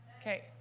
Okay